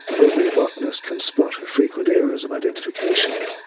an ordinary botanist can spot her frequent errors of identification.